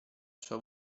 sua